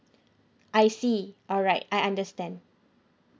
I see alright I understand